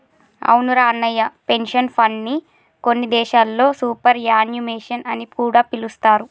అవునురా అన్నయ్య పెన్షన్ ఫండ్ని కొన్ని దేశాల్లో సూపర్ యాన్యుమేషన్ అని కూడా పిలుస్తారు